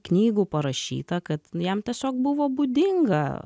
knygų parašyta kad nu jam tiesiog buvo būdinga